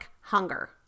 hunger